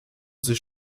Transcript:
sich